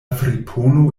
fripono